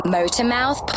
Motormouth